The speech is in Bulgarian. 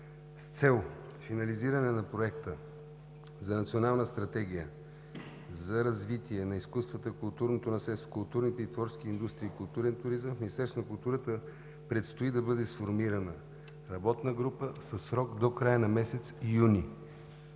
С цел финализиране на проекта за Национална стратегия за развитие на изкуствата, културното наследство, културните и творчески индустрии и културен туризъм в Министерството на културата предстои да бъде сформирана работна група със срок до края на месец юни